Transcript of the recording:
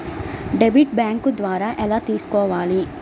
Debit bank ద్వారా ఎలా తీసుకోవాలి?